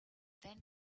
then